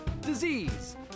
disease